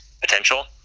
potential